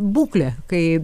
būklė kai